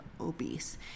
obese